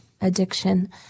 addiction